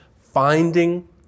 Finding